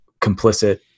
complicit